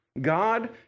God